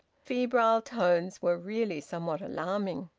febrile tones were really somewhat alarming.